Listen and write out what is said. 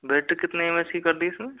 battery कितने M A H की कर दी इसमें